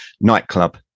nightclub